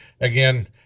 again